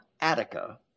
Attica